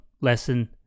lesson